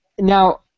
Now